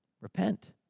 repent